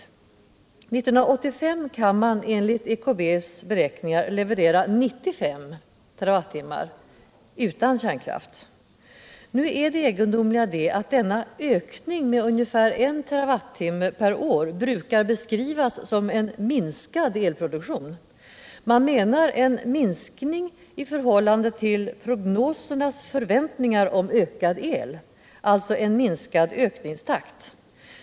År 1985 kan man enligt EKB:s beräkningar leverera 95 TWh utan kärnkraft. Nu är det egendomliga att denna ökning med ca 1 TWh per år brukar beskrivas som en minskad elproduktion. Man menar en minskning i förhållande till prognosernas förväntningar om ökad el, alltså en minskad ökningstakt.